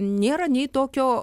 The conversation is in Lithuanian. nėra nei tokio